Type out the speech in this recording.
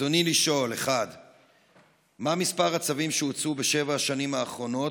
רצוני לשאול: 1. מה מספר הצווים שהוצאו בשבע השנים האחרונות,